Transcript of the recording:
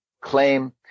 claim